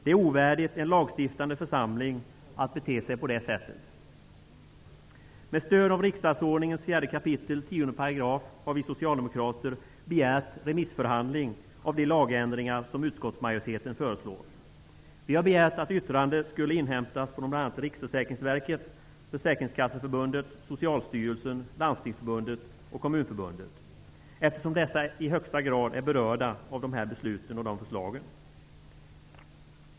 Det är ovärdigt en lagstiftande församling att bete sig på det sättet. Med stöd av riksdagsordningen 4 kap 10 § har vi socialdemokrater begärt remissbehandling av de lagändringar som utskottsmajoriteten föreslår. Vi har begärt att yttranden skulle inhämtas från bl.a. Landstingsförbundet och Kommunförbundet eftersom dessa i högsta grad är berörda av de här förslagen och de beslut som fattas.